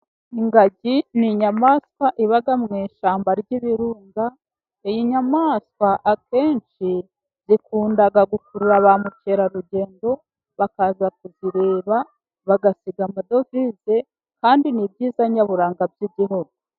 Ingagi ni inyamaswa iba mu ishyamba ry'ibirunga, iyi nyamaswa akenshi zikunda gukurura ba mukerarugendo bakaza kuzireba, bagasiga amadovize kandi ni byiza nyaburanga by'igihugu.